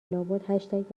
لابد